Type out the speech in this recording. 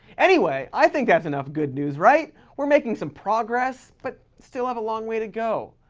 anyway, i think that's enough good news, right? we're making some progress but still have a long way to go.